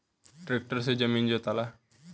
tractor से जमीन जोताला